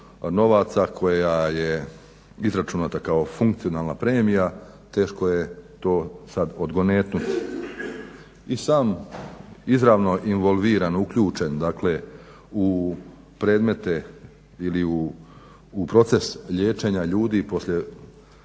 novaca, koja je izračunata kao funkcionalna premija teško je to sad odgonetnuti. I sam izravno involviran, uključen dakle u predmete ili u proces liječenja ljudi poslije